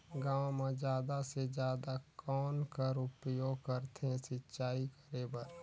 गांव म जादा से जादा कौन कर उपयोग करथे सिंचाई करे बर?